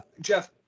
Jeff